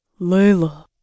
Layla